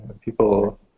People